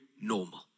normal